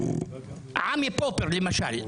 עמי פופר למשל.